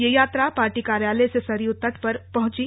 ये यात्रा पार्टी कार्यालय से सरयू तट पर पहुंची